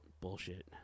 bullshit